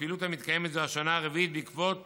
פעילות המתקיימת זו השנה הרביעית בעקבות